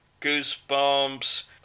goosebumps